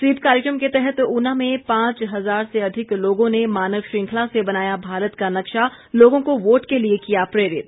SVEEP कार्यक्रम के तहत ऊना में पांच हजार से अधिक लोगों ने मानव श्रृंखला से बनाया भारत का नक्शा लोगों को वोट के लिए किया प्रेरित